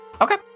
Okay